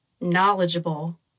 knowledgeable